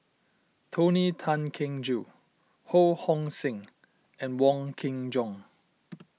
Tony Tan Keng Joo Ho Hong Sing and Wong Kin Jong